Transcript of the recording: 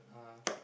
(uh huh)